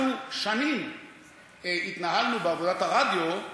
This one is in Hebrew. אנחנו שנים התנהלנו בעבודת הרדיו,